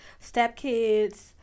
stepkids